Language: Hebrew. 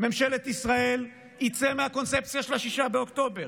ממשלת ישראל יצא מהקונספציה של 6 באוקטובר,